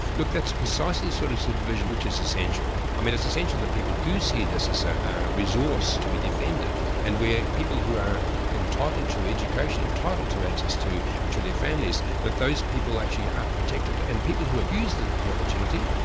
look that's precisely the sort of supervision which is essential. i mean it's essential that people do see this as a resource to be defended, and where people who are entitled to education, entitled to access to to their families, that those people actually are protected, and people who abuse the the opportunity,